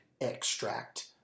extract